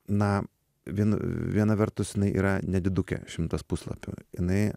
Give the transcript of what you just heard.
na vien viena vertus jinai yra nedidukė šimtas puslapių jinai